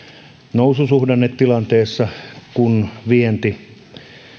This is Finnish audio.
noususuhdannetilanteessa kun vienti